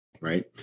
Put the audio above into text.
Right